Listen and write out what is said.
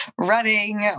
running